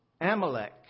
Amalek